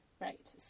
Right